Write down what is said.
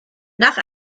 nach